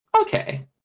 Okay